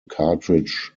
cartridge